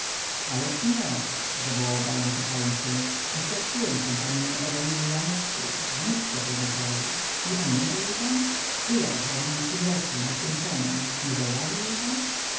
ależ nie zawołał baron cofając się oświadczyłem się pannie ewelinie janockiej wnuczce prezesowej nie pamięta jej pan była u hrabiny w tym roku na święconem nie zauważył jej pan